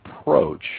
approach